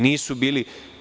Nisu bili.